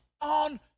on